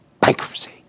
bankruptcy